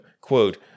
quote